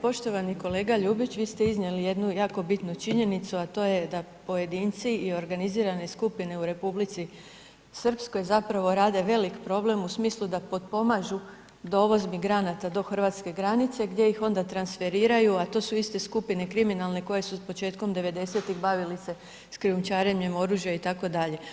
Poštovani kolega Ljubić, vi ste iznijeli jednu jako bitnu činjenicu a to je da pojedinci i organizirane skupine u Republici Srpskoj zapravo rade veliki problem u smislu da potpomažu dovoz migranata do hrvatske granice gdje ih onda transferiraju a to su iste skupine kriminalne koje su s početkom '90.-tih bavili se s krijumčarenjem oružja itd.